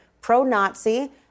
pro-Nazi